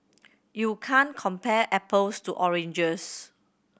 you can't compare apples to oranges